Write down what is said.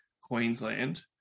Queensland